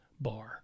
bar